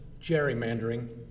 gerrymandering